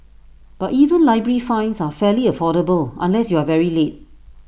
but even library fines are fairly affordable unless you are very late